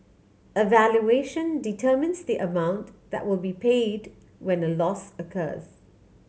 a valuation determines the amount that will be paid when a loss occurs